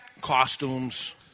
costumes